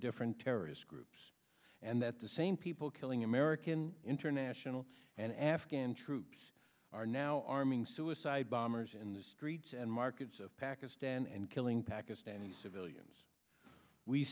different terrorist groups and that the same people killing american international and afghan troops are now arming suicide bombers in the streets and markets of pakistan and killing pakistani civilians we